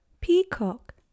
peacock